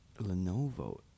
Lenovo